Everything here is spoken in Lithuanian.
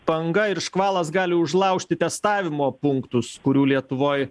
banga ir škvalas gali užlaužti testavimo punktus kurių lietuvoj